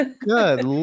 Good